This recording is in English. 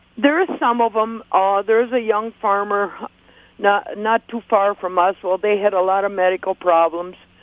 there are some of them. ah there's a young farmer not not too far from us. well, they had a lot of medical problems,